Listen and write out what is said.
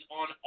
on